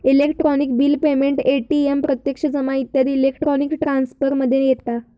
electronic bill payment, ATM प्रत्यक्ष जमा इत्यादी इलेक्ट्रॉनिक ट्रांसफर मध्ये येता